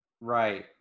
right